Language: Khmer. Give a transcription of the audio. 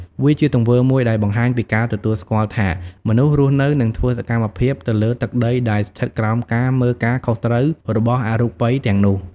វាជាទង្វើមួយដែលបង្ហាញពីការទទួលស្គាល់ថា មនុស្សរស់នៅ និងធ្វើសកម្មភាពនៅលើទីដីដែលស្ថិតក្រោមការមើលការខុសត្រូវរបស់អរូបិយទាំងនោះ។